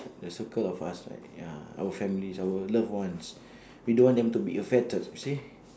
the circle of us for ya our family our love ones we don't want them to be affected you see